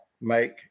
make